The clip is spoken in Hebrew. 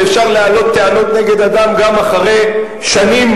ואפשר להעלות טענות נגד אדם גם אחרי שנים,